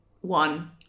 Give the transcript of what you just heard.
one